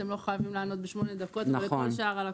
אתם לא חייבים לענות תוך שמונה דקות כמו לכל שאר הלקוחות.